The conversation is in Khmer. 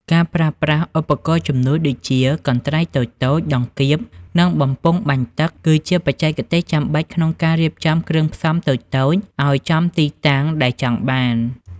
ការប្រើប្រាស់ឧបករណ៍ជំនួយដូចជា កន្ត្រៃតូចៗ ដង្កៀប និងបំពង់បាញ់ទឹក គឺជាបច្ចេកទេសចាំបាច់ក្នុងការរៀបចំគ្រឿងផ្សំតូចៗឱ្យចំទីតាំងដែលចង់បាន។